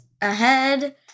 ahead